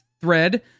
thread